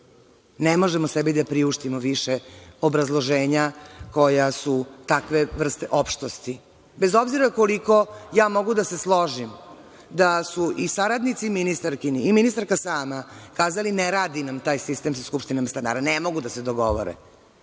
možemo sebi da priuštimo više obrazloženja koja su takve vrste opštosti, bez obzira koliko ja mogu da se složim da su i saradnici ministarkini i ministarka sama kazali – ne radi nam taj sistem sa skupštinom stanara, ne mogu da se dogovore.